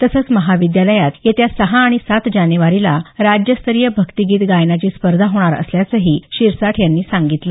तसंच महाविद्यालयात येत्या सहा आणि सात जानेवारीला राज्यस्तरीय भक्तीगीत गायनाची स्पर्धा होणार असल्याचंही प्राचार्य शिरसाठ यांनी सांगितलं